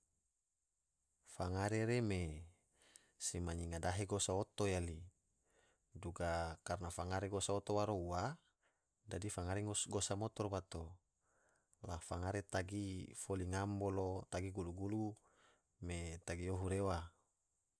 Fangare re me sema nyiga dahe gosa oto yali, duga karana fangare gosa oto waro ua dadi fangare gosa motor bato, la fangare tagi foli ngam bolo tagi gulu gulu me tagi yohu rewa.